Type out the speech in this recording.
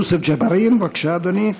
יוסף ג'בארין, בבקשה, אדוני.